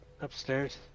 upstairs